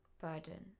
Burden